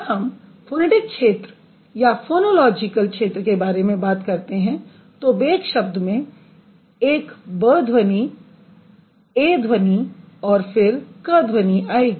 जब हम फोनैटिक क्षेत्र या फोनोलॉजिकल क्षेत्र के बारे में बात करते हैं तों bake शब्द में एक ब bध्वनि ए ei ध्वनि और फिर क k ध्वनि आयेगी